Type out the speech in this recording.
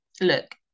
look